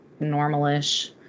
normalish